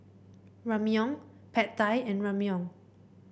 Ramyeon Pad Thai and Ramyeon